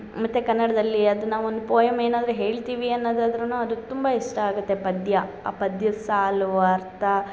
ಮತ್ತು ಕನಡದಲ್ಲಿ ಅದು ನಾವು ಒಂದು ಪೋಯಮ್ ಏನಾದರು ಹೇಳ್ತೀವಿ ಅನ್ನೊದಾದರೂನು ಅದು ತುಂಬ ಇಷ್ಟ ಆಗುತ್ತೆ ಪದ್ಯ ಆ ಪದ್ಯದ ಸಾಲು ಅರ್ಥ